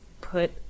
put